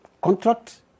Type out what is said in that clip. contract